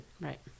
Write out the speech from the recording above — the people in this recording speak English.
Right